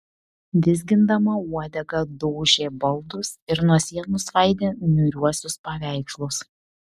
vizgindama uodegą daužė baldus ir nuo sienų svaidė niūriuosius paveikslus